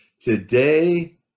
today